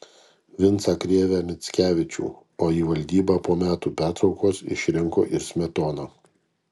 vincą krėvę mickevičių o į valdybą po metų pertraukos išrinko ir smetoną